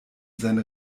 seine